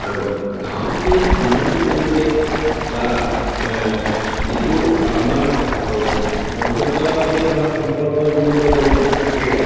আৰু গাঁৱৰ যি সামাজিক পৰিৱেশ বা যিটো আমাৰ বংশগতভাৱে আমাৰ সম্পৰ্ক জড়িত পৰিৱেশ থাকে